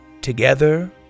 Together